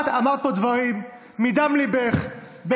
את אמרת פה דברים מדם ליבך,